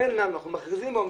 אנחנו מכריזים פה: